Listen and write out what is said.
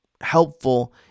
helpful